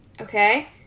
okay